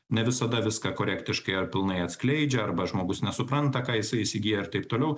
ne visada viską korektiškai ar pilnai atskleidžia arba žmogus nesupranta ką jisai įsigyja ir taip toliau